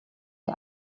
der